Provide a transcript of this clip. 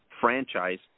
franchise